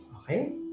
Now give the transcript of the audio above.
Okay